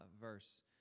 verse